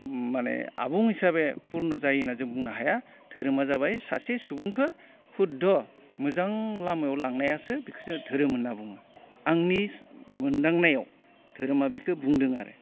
माने आबुं हिसाबे पुर्न जायो होनानै जों बुंनो हाया धोरोमा जाबाय सासे सुबुंखौ हुद्ध मोजां लामायाव लांनायासो बेखौसो धोरोम होनना बुङो आंनि मोनदांनायाव धोरोमा बिखौ बुंदों आरो